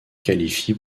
qualifient